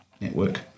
network